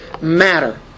matter